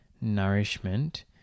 nourishment